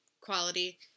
quality